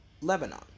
Lebanon